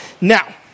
Now